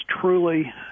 truly